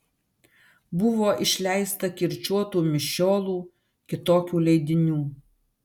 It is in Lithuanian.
buvo išleista kirčiuotų mišiolų kitokių leidinių